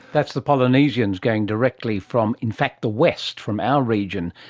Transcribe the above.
that's the polynesians going directly from in fact the west, from our region.